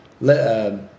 Let